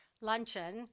luncheon